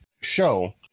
show